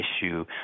issue